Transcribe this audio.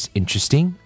interesting